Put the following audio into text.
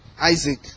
Isaac